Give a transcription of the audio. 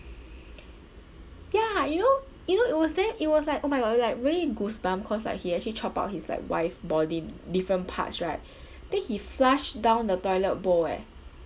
ya you know you know it was there it was like oh my god like really goosebump cause like he actually chop up his like wife body different parts right then he flushed down the toilet bowl eh